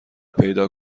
پیدا